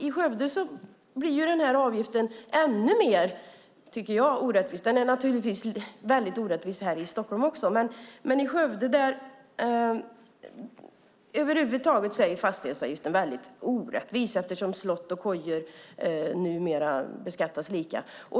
I Skövde blir avgiften ännu mer orättvis, tycker jag. Den är naturligtvis orättvis här i Stockholm också. Över huvud taget är fastighetsavgiften orättvis eftersom slott och koja numera beskattas lika.